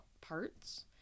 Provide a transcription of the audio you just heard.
parts